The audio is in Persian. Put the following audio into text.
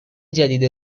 جدید